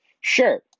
Sure